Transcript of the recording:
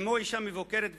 אמו אשה מבוגרת וחולה,